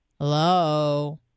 Hello